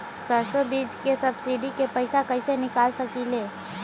सरसों बीज के सब्सिडी के पैसा कईसे निकाल सकीले?